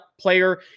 player